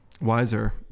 wiser